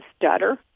stutter